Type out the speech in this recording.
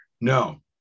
no